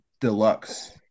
deluxe